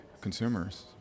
consumers